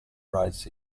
rights